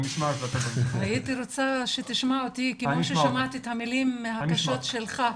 הייתי רוצה שתשמע אותי כמו ששמעתי את המילים הקשות שלך.